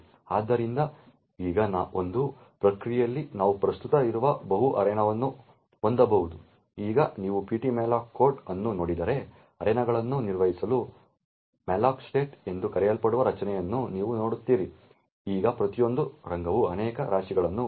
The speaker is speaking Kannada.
ಆದ್ದರಿಂದ ಈಗ ಒಂದು ಪ್ರಕ್ರಿಯೆಯಲ್ಲಿ ನಾವು ಪ್ರಸ್ತುತ ಇರುವ ಬಹು ಅರೇನಾವನ್ನು ಹೊಂದಬಹುದು ಈಗ ನೀವು ptmalloc2 ಕೋಡ್ ಅನ್ನು ನೋಡಿದರೆ ಅರೆನಾಗಳನ್ನು ನಿರ್ವಹಿಸಲು malloc state ಎಂದು ಕರೆಯಲ್ಪಡುವ ರಚನೆಯನ್ನು ನೀವು ನೋಡುತ್ತೀರಿ ಈಗ ಪ್ರತಿಯೊಂದು ರಂಗವು ಅನೇಕ ರಾಶಿಗಳನ್ನು ಹೊಂದಿರಬಹುದು